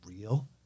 real